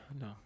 No